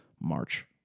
march